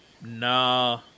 nah